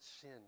sin